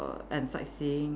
err and sightseeing